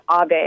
Abe